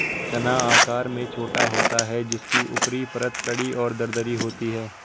चना आकार में छोटा होता है जिसकी ऊपरी परत कड़ी और दरदरी होती है